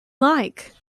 like